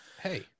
Hey